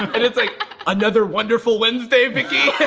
and it's like another wonderful wednesday, vicky!